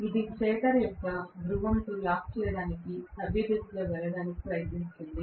ఇది స్టేటర్ యొక్క ధ్రువంతో లాక్ చేయడానికి సవ్యదిశలో వెళ్ళడానికి ప్రయత్నిస్తుంది